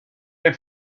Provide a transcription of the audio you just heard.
est